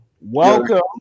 Welcome